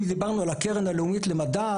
אם דיברנו על הקרן הלאומית למדע,